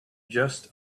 just